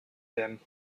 him